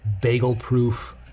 bagel-proof